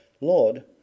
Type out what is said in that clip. Lord